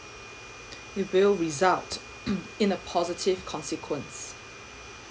it will result in a positive consequence